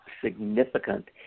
significant